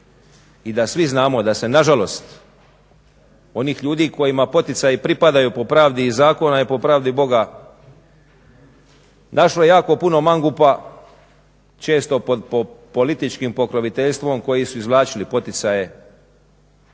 i da svi znamo i da se nažalost onih ljudi kojima poticaji pripadaju i zakonu a ne po pravdi Boga našlo jako puno mangupa često pod političkim pokroviteljstvom koji su izvlačili poticaje